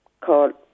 called